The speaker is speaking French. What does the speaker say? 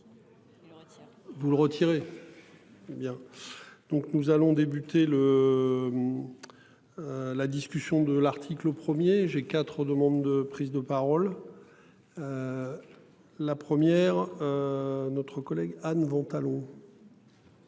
Vous le retirer. Ou bien. Donc nous allons débuter le. La discussion de l'article premier j'ai quatre aux demandes de prise de parole. La première. Notre collègue à nouveau allô.